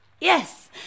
yes